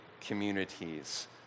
communities